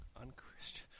Unchristian